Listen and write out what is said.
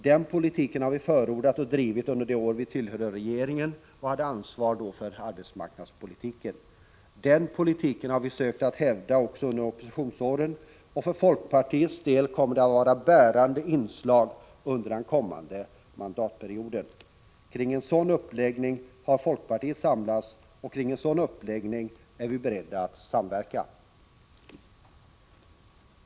Den politiken drev vi under de år vi tillhörde regeringen och hade ansvar för arbetsmarknadspolitiken, och den har vi försökt hävda också under oppositionsåren. För folkpartiets del kommer den att vara ett bärande inslag under den kommande mandatperioden. Kring en sådan uppläggning har folkpartiet samlats, och vi är beredda att samverka med andra partier för att driva den politiken.